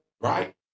Right